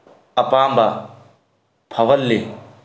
ꯑꯄꯥꯝꯕ ꯐꯥꯎꯍꯜꯂꯤ